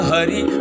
Hari